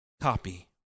copy